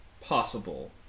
possible